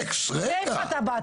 אני מבקש להדגיש שלא יישמע ולא ייראה